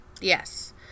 Yes